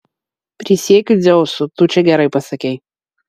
prisiekiu dzeusu tu čia gerai pasakei